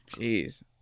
Jeez